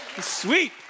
Sweet